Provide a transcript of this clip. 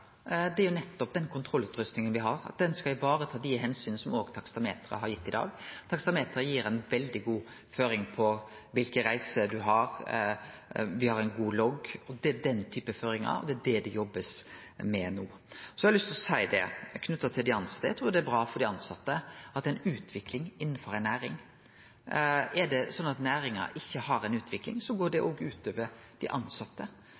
nettopp den kontrollutrustinga me får, skal vareta dei omsyna som taksameteret har gitt i dag. Taksameteret gir ei veldig god føring for kva reiser ein har, me har ein god logg. Det er den typen føringar, og det er det blitt jobba med no. Så har eg lyst til å seie, knytt til dei tilsette: Eg trur det er bra for dei tilsette at det er ei utvikling innanfor næringa. Er det sånn at næringa ikkje har ei utvikling, går det også ut over dei